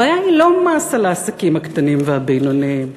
הבעיה היא לא מס על העסקים הקטנים והבינוניים,